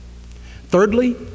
Thirdly